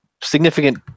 significant